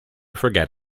forget